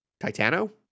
Titano